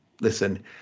listen